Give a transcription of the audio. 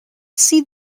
see